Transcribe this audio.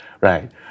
Right